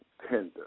tender